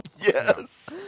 Yes